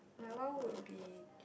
my one would be